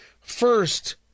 First